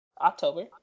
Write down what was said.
October